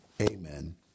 amen